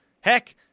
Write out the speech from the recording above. heck